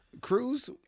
Cruz